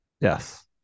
Yes